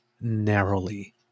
narrowly